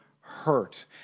hurt